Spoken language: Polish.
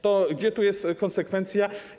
To gdzie tu jest konsekwencja?